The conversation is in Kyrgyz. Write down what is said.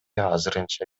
азырынча